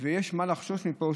ויש מה לחשוש פה,